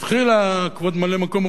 כבוד ממלא-מקום ראש הממשלה,